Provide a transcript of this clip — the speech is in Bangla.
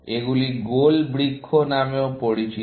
এগুলি গোল বৃক্ষ নামেও পরিচিত